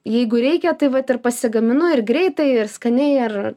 jeigu reikia tai vat ir pasigaminu ir greitai ir skaniai ir